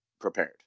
prepared